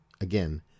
again